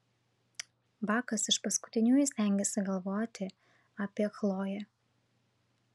bakas iš paskutiniųjų stengėsi galvoti apie chloję